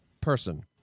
person